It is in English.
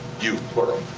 you, plural.